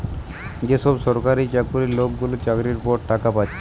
যে সব সরকারি চাকুরে লোকগুলা চাকরির পর টাকা পাচ্ছে